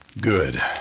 Good